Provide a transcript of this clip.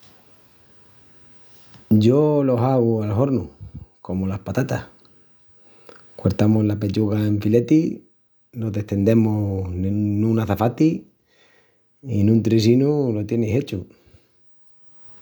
Yo lo hagu al hornu, comu las patatas. Cuertamus la pechuga en filetis, los destendemus nun açafati i n’un trisinu lo tienis hechu.